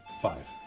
Five